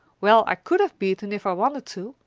well, i could have beaten if i wanted to,